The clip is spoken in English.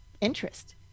interest